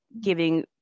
giving